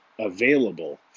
Available